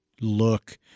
look